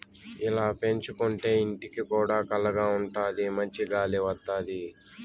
ఇలా పెంచుకోంటే ఇంటికి కూడా కళగా ఉంటాది మంచి గాలి వత్తది